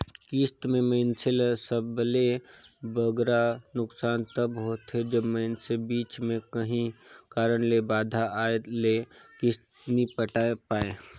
किस्त में मइनसे ल सबले बगरा नोसकान तब होथे जब मइनसे बीच में काहीं कारन ले बांधा आए ले किस्त नी पटाए पाए